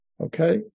okay